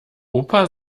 opa